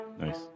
Nice